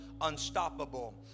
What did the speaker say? Unstoppable